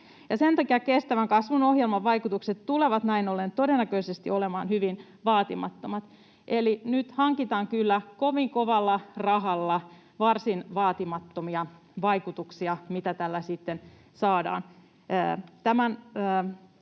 Sen takia kestävän kasvun ohjelman vaikutukset tulevat näin ollen olemaan todennäköisesti hyvin vaatimattomat. Eli nyt hankitaan kyllä kovalla rahalla varsin vaatimattomia vaikutuksia. Tämä voitaisiin tehdä